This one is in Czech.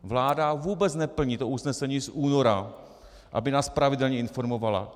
Vláda vůbec neplní usnesení z února, aby nás pravidelně informovala.